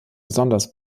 besonders